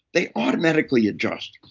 they automatically adjust.